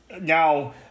now –